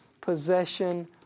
possession